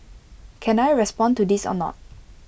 can I respond to this anot